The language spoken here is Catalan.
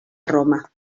roma